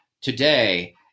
today